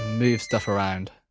move stuff around.